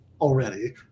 already